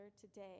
today